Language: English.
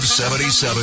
77